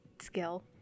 Skill